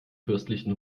fürstlichen